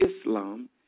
Islam